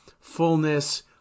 fullness